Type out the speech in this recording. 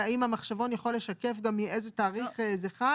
האם המחשבון יכול לשקף גם מאיזה תאריך זה חל?